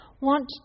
want